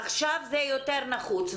עכשיו זה יותר נחוץ.